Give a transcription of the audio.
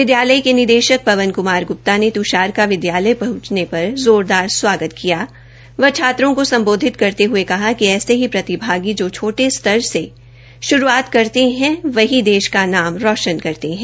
विद्यालय के निदेशक पवन क्मार ग्र्प्ता ने तृषार का विद्यालय पहंचने पर जोरदार स्वागत किया व छात्रों को संबोधित करते हए कहा कि ऐसे ही प्रतिभागी जो छोटे स्तर से श्रुआत करके जाते हैं वही देश का नाम रोशन करते हैं